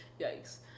Yikes